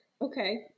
Okay